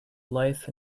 life